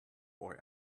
boy